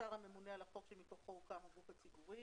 השר הממונה על החוק שמכוחו הוקם הגוף הציבורי.